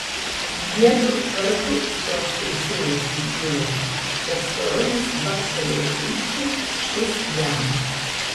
jiedu vargu šitos teisėjos ilgėjosi bet storulis bakstelėjo ilgšiui šis jam